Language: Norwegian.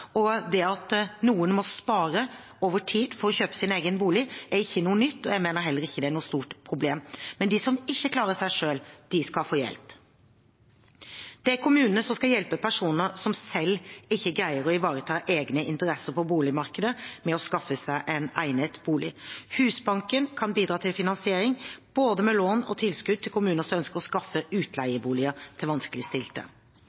At noen må spare over tid for å kjøpe sin egen bolig, er ikke noe nytt, og jeg mener heller ikke det er noe stort problem. Men de som ikke klarer seg selv, skal få hjelp. Det er kommunene som skal hjelpe personer som selv ikke greier å ivareta egne interesser på boligmarkedet, med å skaffe seg en egnet bolig. Husbanken kan bidra til finansiering, med både lån og tilskudd til kommuner som ønsker å skaffe